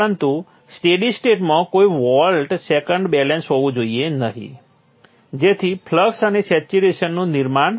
પરંતુ સ્ટેડી સ્ટેટમાં કોઈ વોલ્ટ સેકન્ડ બેલેન્સ હોવું જોઈએ નહીં જેથી ફ્લક્સ અને સેચ્યુરેશનનું નિર્માણ ન થાય